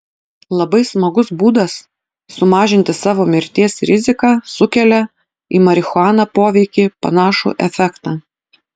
labai smagus būdas sumažinti savo mirties riziką sukelia į marihuaną poveikį panašų efektą